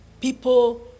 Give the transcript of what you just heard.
People